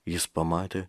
jis pamatė